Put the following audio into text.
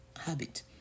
habit